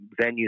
venues